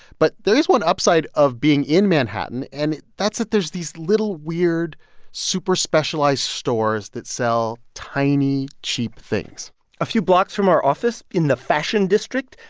but there is one upside of being in manhattan, and that's that there's these little, weird super-specialized stores that sell tiny, cheap things a few blocks from our office in the fashion district,